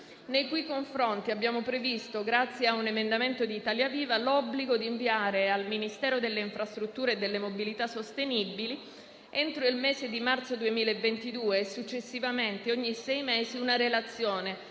nei cui confronti abbiamo previsto, grazie a un emendamento di Italia Viva, l'obbligo di inviare al Ministero delle infrastrutture e delle mobilità sostenibili, entro il mese di marzo 2022 e successivamente ogni sei mesi, una relazione